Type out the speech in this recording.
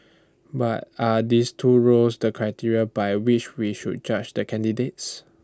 but are these two roles the criteria by which we should judge the candidates